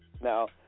Now